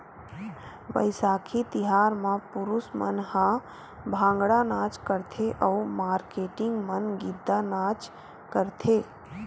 बइसाखी तिहार म पुरूस मन ह भांगड़ा नाच करथे अउ मारकेटिंग मन गिद्दा नाच करथे